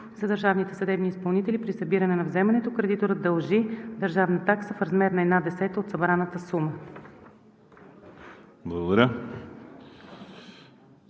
За държавните съдебни изпълнители при събиране на вземането кредиторът дължи държавна такса в размер на една десета от събраната сума.“